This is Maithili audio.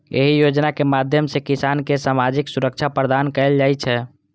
एहि योजनाक माध्यम सं किसान कें सामाजिक सुरक्षा प्रदान कैल जाइ छै